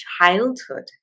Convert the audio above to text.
childhood